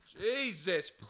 Jesus